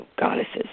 goddesses